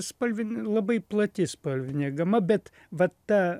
spalvin labai plati spalvinė gama bet vat ta